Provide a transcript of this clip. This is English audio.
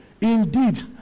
Indeed